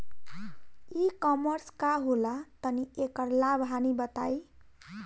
ई कॉमर्स का होला तनि एकर लाभ हानि बताई?